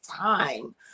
time